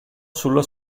sulla